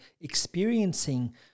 experiencing